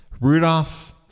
Rudolph